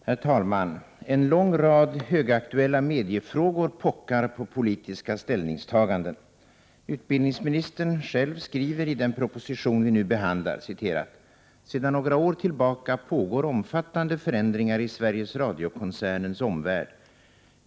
Herr talman! En lång rad högaktuella mediefrågor pockar på politiska ställningstaganden. Utbildningsministern skriver själv i den proposition vi nu behandlar: ”Sedan några år tillbaka pågår omfattande förändringar i Sveriges Radio-koncernens omvärld.